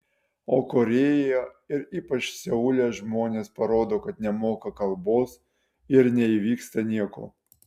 o korėjoje ir ypač seule žmonės parodo kad nemoka kalbos ir neįvyksta nieko